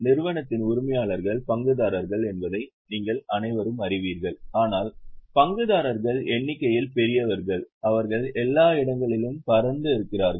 நிறுவனத்தின் உரிமையாளர்கள் பங்குதாரர்கள் என்பதை நீங்கள் அனைவரும் அறிவீர்கள் ஆனால் பங்குதாரர்கள் எண்ணிக்கையில் பெரியவர்கள் அவர்கள் எல்லா இடங்களிலும் பரந்து இருக்கிறார்கள்